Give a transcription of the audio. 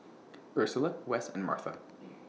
Ursula Wess and Martha